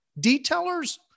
Detailers